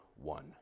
one